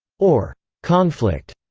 or conflict,